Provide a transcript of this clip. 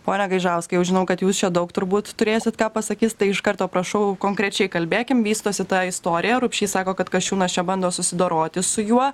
pone gaižauskai jau žinau kad jūs čia daug turbūt turėsit ką pasakys tai iš karto prašau konkrečiai kalbėkim vystosi ta istorija rupšys sako kad kasčiūnas čia bando susidoroti su juo